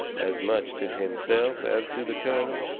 as much to himself as to the colonel.